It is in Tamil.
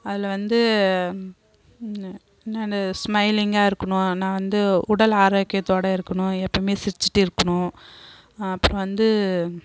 அதில் வந்து நான் ஸ்மைலிங்காக இருக்கணும் நான் வந்து உடல் ஆரோக்கியத்தோடு இருக்கணும் எப்பவுமே சிரிச்சுட்டே இருக்கணும் அப்புறம் வந்து